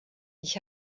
ich